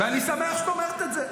ואני שמח שאת אומרת את זה.